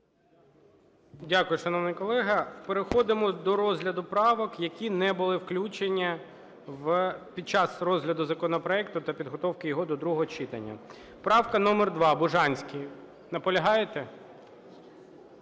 Дякую, шановний колега. Переходимо до розгляду правок, які не були включені під час розгляду законопроекту та підготовки його до другого читання. Правка номер 2, Бужанський. Наполягаєте?